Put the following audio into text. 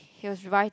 he was right